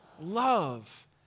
love